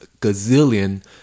gazillion